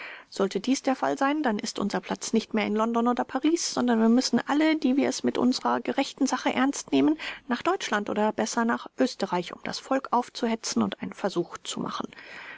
sollte dies der fall sein dann ist unser platz nicht mehr in london oder paris sondern wir müssen alle die wir es mit unserer gerechten sache ernst nehmen nach deutschland oder besser nach österreich um das volk aufzuhetzen und einen versuch zu machen